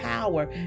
power